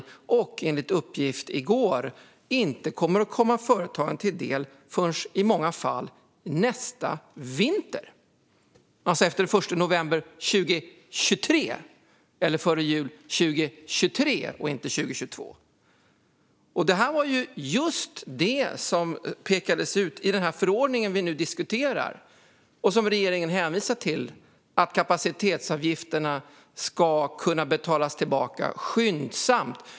Enligt uppgift i går kommer denna dessutom inte att komma företagen till del förrän i många fall nästa vinter, alltså efter den 1 november 2023 eller före jul 2023, inte 2022. Det var just detta som pekades ut i den förordning vi nu diskuterar och som regeringen hänvisar till - att kapacitetsavgifterna ska kunna betalas tillbaka skyndsamt.